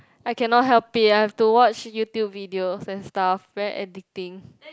I cannot help it I have to watch YouTube videos and stuff very addicting